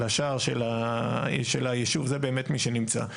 לשער של היישוב, זה באמת מי שנמצא.